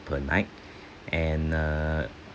per night and err